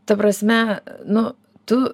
ta prasme nu tu